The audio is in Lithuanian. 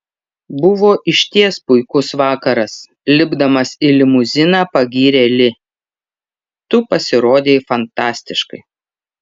buvo išties puikus vakaras lipdamas į limuziną pagyrė li tu pasirodei fantastiškai